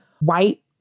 white